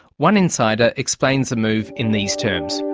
one insider explains the move in these terms.